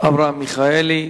אברהם מיכאלי.